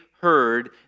heard